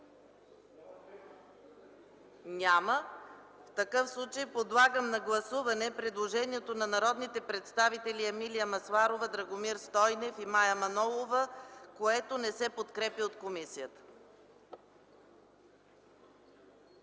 Няма. Подлагам на гласуване предложението на народните представители Емилия Масларова, Драгомир Стойнев и Мая Манолова, което не се подкрепя от комисията.